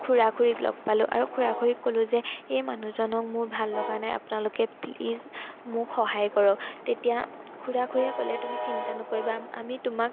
খুৰা খুৰীক লগ পালোঁ আৰু খুৰা খুৰীক ক'লোঁ যে এই মানুহজনক মোৰ ভাল লগা নাই আপোনালোকে প্লিজ মোক সহায় কৰক তেতিয়া খুৰা খুৰীয়ে ক'লে তুমি চিন্তা নকৰিবা আমি তোমাক